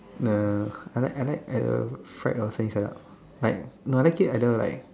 no I like I like either fried or sunny side up like no I like it either like